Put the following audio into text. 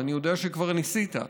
ואני יודע שכבר ניסית,